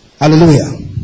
Hallelujah